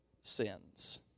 sins